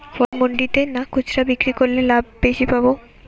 ফসল মন্ডিতে না খুচরা বিক্রি করলে লাভ বেশি পাব?